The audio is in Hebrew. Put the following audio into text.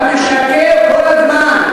אתה משקר כל הזמן.